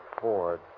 Ford